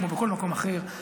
כמו בכל מקום אחר,